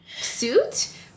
suit